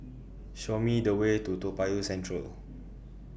Show Me The Way to Toa Payoh Central